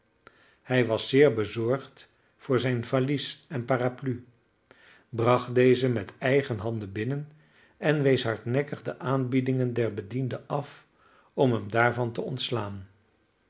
hij was zeer bezorgd voor zijn valies en parapluie bracht deze met eigen handen binnen en wees hardnekkig de aanbiedingen der bedienden af om hem daarvan te ontslaan